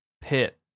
pit